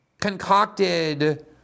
concocted